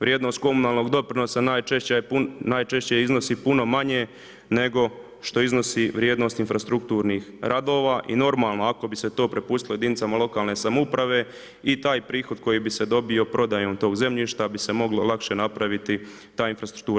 Vrijednost komunalnog doprinosa najčešće iznosi puno manje, nego što iznosi vrijednost infrastrukturnih radova, i normalno ako bi se to prepustilo jedinicama lokalne samouprave i taj prihod koji bi se dobio prodajmo tog zemljišta, bi se moglo lakše napraviti ta infrastruktura.